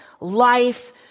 life